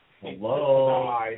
Hello